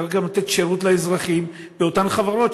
צריך גם לתת שירות לאזרחים באותן חברות,